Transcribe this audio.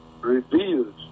revealed